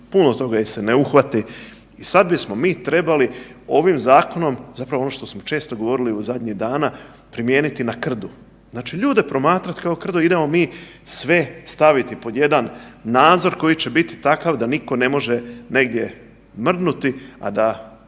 puno toga ih se ne uhvati i sad bismo mi trebali ovim zakonom zapravo ono što smo često govorili u zadnjih dana primijeniti na krdu, znači ljude promatrat kao krdo, idemo mi sve staviti pod jedan nadzor koji će biti takav da niko ne može negdje mrdnuti, a da